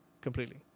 completely